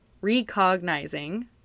recognizing